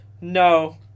no